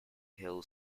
hill